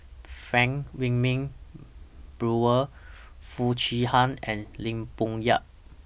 Frank Wilmin Brewer Foo Chee Han and Lim Bo Yam